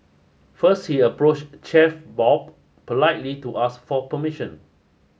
first she approached Chef Bob politely to ask for permission